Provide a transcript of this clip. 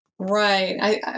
Right